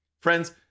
Friends